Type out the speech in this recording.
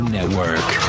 Network